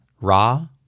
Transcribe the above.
Ra